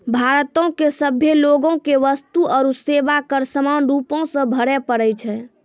भारतो के सभे लोगो के वस्तु आरु सेवा कर समान रूपो से भरे पड़ै छै